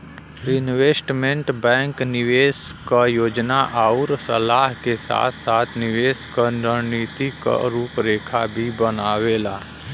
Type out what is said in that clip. investment bank निवेश क योजना आउर सलाह के साथ साथ निवेश क रणनीति क रूपरेखा भी बनावेला